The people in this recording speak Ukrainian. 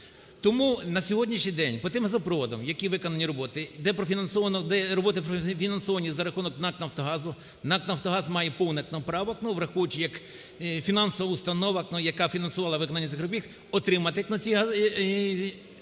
Тому на сьогоднішній день по тим газопроводам, які виконані роботи, де профінансовано, де роботи профінансовані за рахунок НАК "Нафтогазу", НАК "Нафтогаз" має повне право, ну, враховуючи як фінансова установа, яка фінансувала виконання цих робіт, отримати ці…